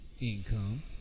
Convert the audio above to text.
income